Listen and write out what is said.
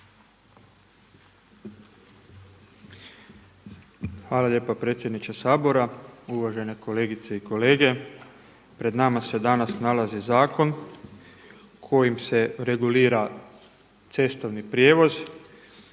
Hvala lijepo predsjedniče Sabora, uvažene kolegice i kolege. Pred nama se danas nalazi zakon kojim se regulira cestovni prijevoz.